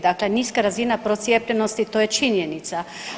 Dakle niska razina procijepljenosti to je činjenica.